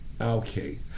Okay